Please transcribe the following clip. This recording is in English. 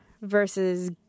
Versus